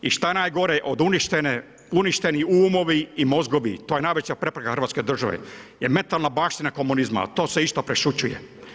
I što je najgore, od uništene, uništeni umovi i mozgovi, to je najveća prepreka Hrvatske države, jer metalna baština komunizma, to se isto prešućuje.